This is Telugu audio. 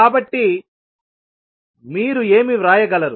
కాబట్టి మీరు ఏమి వ్రాయగలరు